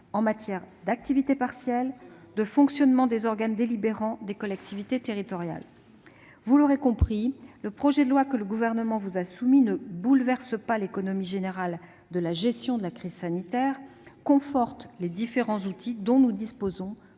en matière d'activité partielle ou de fonctionnement des organes délibérants des collectivités territoriales. Vous l'aurez compris, le projet de loi qui vous est soumis ne bouleverse pas l'économie générale de la gestion de la crise sanitaire, mais il conforte les différents outils dont nous disposons